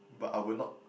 but I will not